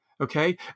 Okay